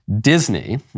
Disney